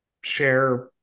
share